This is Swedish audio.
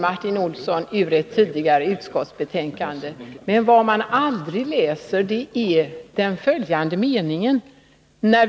Martin Olsson återgav ett tidigare utskottsbetänkande, där vi beställde detta. Men vad man aldrig läser är den följande meningen.